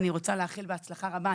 אני רוצה לאחל הצלחה רבה,